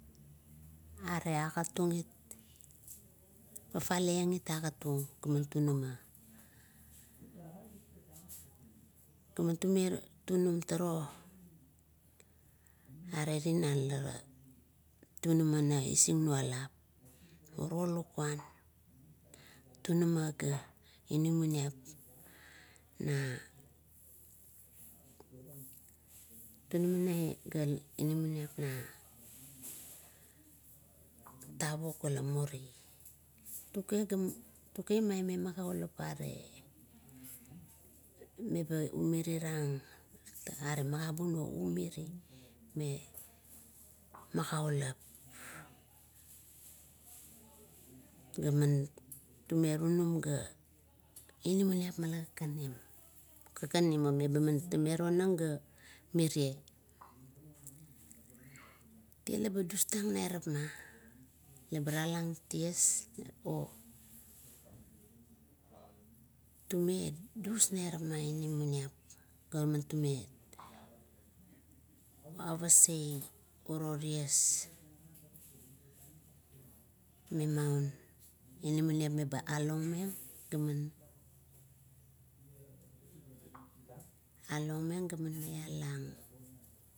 Are agat tungit, fafale iang agat tunga gaman tunama. Garume tunum turuo, ara tinan la tunama na usingnualap, miro lukuan tinama ga namanip ga, turama ga inamanip na gavuk ila muri. Tuk, tuke maime magaulap gare, umi, umiang are magabun oumiri mailong magaulap, la tume renum ga mamanip mila kanim. Kakanim meba tame tonang ga mire. Tie labadustang nairap ma laba talang ties, odus nairap ma inamanip, ga tume mavaseai, uro ties memaong, inamanip leba along meng gaman maialang.